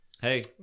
hey